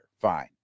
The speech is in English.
Fine